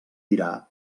dirà